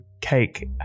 cake